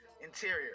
Interior